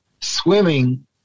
swimming